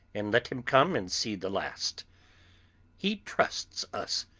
and let him come and see the last he trusts us,